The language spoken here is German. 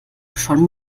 schon